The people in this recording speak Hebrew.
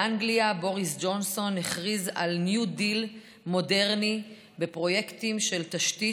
באנגליה בוריס ג'ונסון הכריז על ניו דיל מודרני בפרויקטים של תשתית,